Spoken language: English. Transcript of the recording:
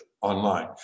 Online